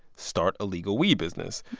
start a legal weed business.